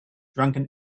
drunken